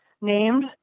named